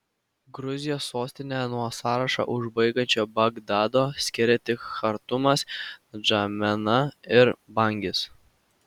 gruzijos sostinę nuo sąrašą užbaigiančio bagdado skiria tik chartumas ndžamena ir bangis